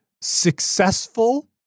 successful